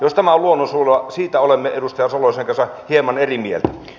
jos tämä on luonnonsuojelua siitä olemme edustaja salolaisen kanssa hieman eri mieltä